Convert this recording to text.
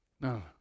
no